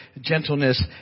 gentleness